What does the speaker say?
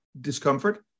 discomfort